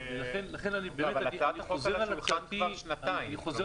אבל הצעת החוק על השולחן כבר שנתיים,